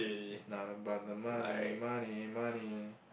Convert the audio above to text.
it's not about the money money money